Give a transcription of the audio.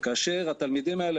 כאשר התלמידים האלה,